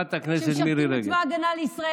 חברת הכנסת מירי רגב,